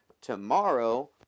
tomorrow